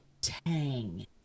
tang